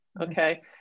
okay